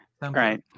Right